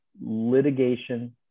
litigation